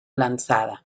lanzada